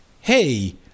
hey